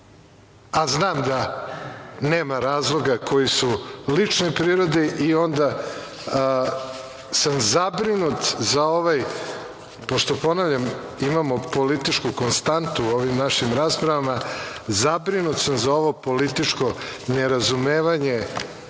a znam da nema razloga koji su lične prirode i onda sam zabrinut, pošto ponavljam, imamo političku konstantu u ovim našim raspravama, zabrinut sam za ovo političko nerazumevanje,